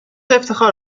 افتخار